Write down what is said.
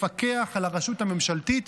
לפקח על הרשות הממשלתית,